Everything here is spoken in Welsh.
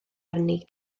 arni